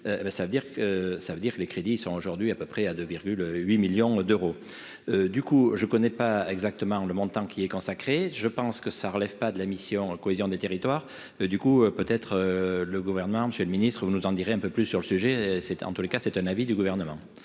ça veut dire que les crédits sont aujourd'hui à peu près à 2,8 millions d'euros, du coup, je connais pas exactement le montant qui est consacré, je pense que ça relève pas de la mission cohésion des territoires du coup peut être le gouvernement Monsieur le Ministre, vous nous en direz un peu plus sur le sujet, c'était en tous les cas, c'est un avis du gouvernement,